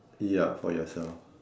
ya for yourself